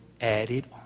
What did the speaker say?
added